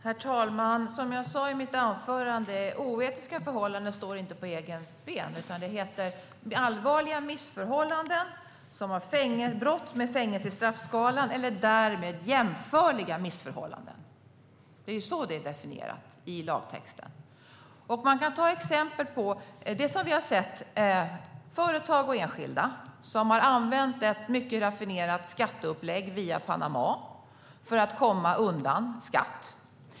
Herr talman! Som jag sa i mitt anförande står inte oetiska förhållanden på egna ben. I lagtexten definieras det som allvarliga missförhållanden som har fängelse i straffskalan eller därmed jämförliga missförhållanden. Vi har sett företag och enskilda som har använt mycket raffinerade skatteupplägg via Panama för att komma undan skatt.